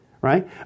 Right